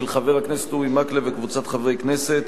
של חבר הכנסת אורי מקלב וקבוצת חברי הכנסת,